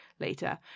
Later